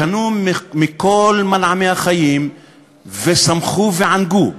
קנו מכל מנעמי החיים ושמחו וענגו.